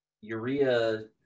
urea